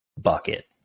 bucket